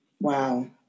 Wow